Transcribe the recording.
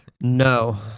No